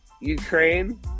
Ukraine